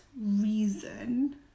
reason